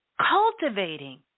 cultivating